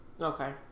okay